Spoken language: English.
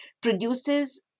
produces